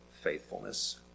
faithfulness